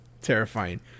terrifying